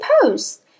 suppose